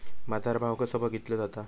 बाजार भाव कसो बघीतलो जाता?